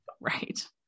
Right